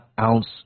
ounce